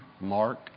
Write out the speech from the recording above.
Mark